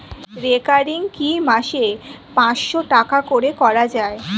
Recurring কি মাসে পাঁচশ টাকা করে করা যায়?